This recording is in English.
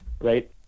right